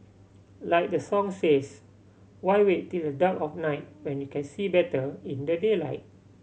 like the song says why wait till the dark of night when you can see better in the daylight